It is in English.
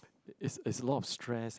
it's it's a lot of stress